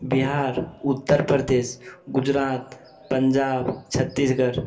Bihar Uttar Pradesh Gujarat Punjab Chhattisgarh